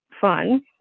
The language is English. fun